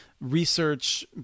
research